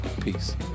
Peace